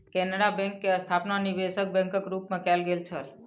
Canara bank के स्थापना निवेशक बैंकक रूप मे कयल गेल छल